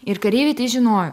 ir kareiviai tai žinojo